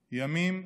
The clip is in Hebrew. ימים,